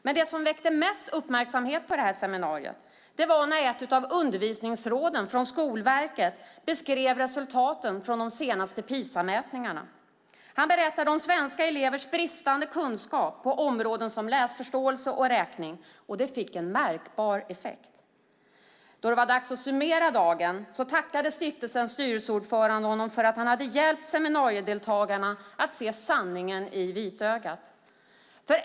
Men det som väckte mest uppmärksamhet på seminariet var när ett av undervisningsråden från Skolverket beskrev resultaten från de senaste PISA-mätningarna. Han berättade om svenska elevers bristande kunskap på områden som läsförståelse och räkning, och det fick en märkbar effekt. Då det var dags att summera dagen tackade stiftelsens styrelseordförande honom för att han hade hjälpt seminariedeltagarna att se sanningen i vitögat.